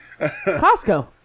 costco